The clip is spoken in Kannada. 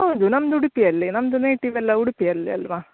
ಹೌದು ನಮ್ಮದು ಉಡುಪಿಯಲ್ಲಿ ನಮ್ಮದು ನೇಟಿವ್ ಎಲ್ಲಾ ಉಡುಪಿಯಲ್ಲಿ ಅಲ್ವಾ